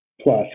plus